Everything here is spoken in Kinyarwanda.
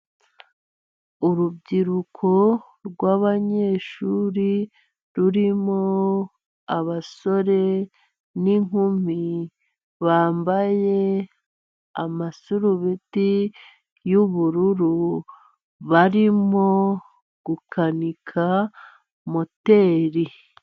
Urubyiruko rw'abanyeshuri rurimo abasore n'inkumi ,bambaye amasurubeti y'ubururu barimo gukanika moteri.